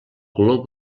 color